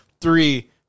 three